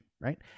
Right